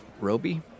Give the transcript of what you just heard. Roby